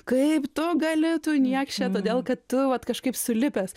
kaip tu gali tu niekše todėl kad tu vat kažkaip sulipęs